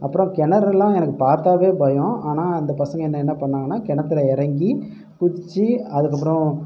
அப்புறம் கிணறுல்லாம் எனக்கு பார்த்தாவே பயம் ஆனால் அந்த பசங்க என்ன என்னா பண்ணாங்கன்னா கிணத்துல இறங்கி குதிச்சு அதுக்கப்புறம்